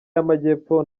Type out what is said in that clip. y’amajyepfo